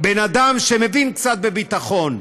בן אדם שמבין קצת בביטחון: